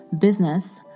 business